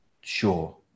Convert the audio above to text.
sure